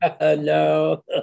No